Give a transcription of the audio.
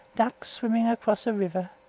ducks swimming across a river,